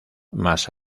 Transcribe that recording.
más